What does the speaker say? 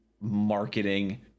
marketing